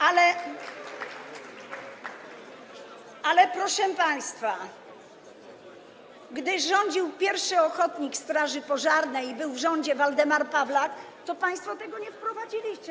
Ale, proszę państwa, gdy rządził pierwszy ochotnik straży pożarnej i był w rządzie, Waldemar Pawlak, to państwo tego nie wprowadziliście.